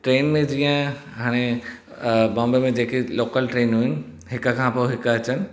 train में जीअं हाणे बॉम्बे में जेकी लॉकल ट्रेनियूं इन हिकु खां पोइ हिक अचनि